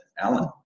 Alan